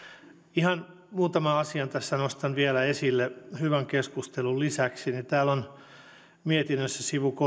ihan muutaman asian tässä nostan vielä esille hyvän keskustelun lisäksi täällä on mietinnössä sivulla